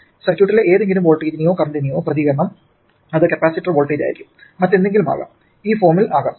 സർക്യൂട്ടിലെ ഏതെങ്കിലും വോൾട്ടേജിന്റെയോ കറന്റ്ന്റെയോ പ്രതികരണം അത് കപ്പാസിറ്റർ വോൾട്ടേജായിരിക്കാം മറ്റെന്തെങ്കിലും ആകാം ഈ ഫോമിൽ ആകാം